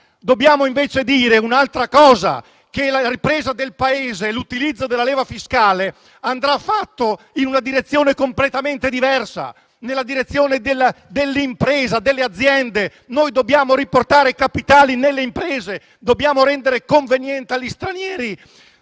dobbiamo invece dire un'altra cosa e, cioè, che la ripresa del Paese e l'utilizzo della leva fiscale andranno fatti in una direzione completamente diversa, ovvero nella direzione dell'impresa e delle aziende. Noi dobbiamo riportare capitali nelle imprese; dobbiamo rendere conveniente agli stranieri